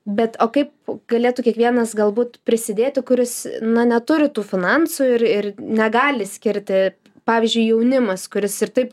bet o kaip galėtų kiekvienas galbūt prisidėti kuris na neturi tų finansų ir ir negali skirti pavyzdžiui jaunimas kuris ir taip